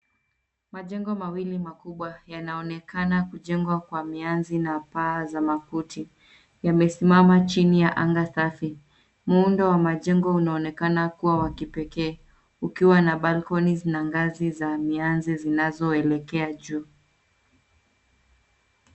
Majengo mawili makubwa yanaonekana kujengwa kwa mianzi na paa za makuti. Yamesimama chini ya anga safi. Muundo wa majengo unaonekana kuwa wa kipekee ukiwa na balconies na mianzi zinazoelekea juu.